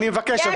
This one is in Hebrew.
אני מבקש,